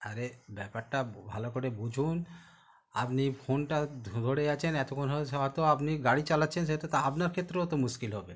আরে ব্যাপারটা ভালো করে বুঝুন আপনি ফোনটা ধরে আছেন এতক্ষণ ধরে হয়তো আপনি গাড়ি চালাছেন সেহেতু তো আপনার ক্ষেত্রেও তো মুশকিল হবে